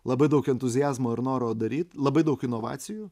labai daug entuziazmo ir noro daryti labai daug inovacijų